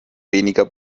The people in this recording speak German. weniger